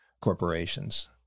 corporations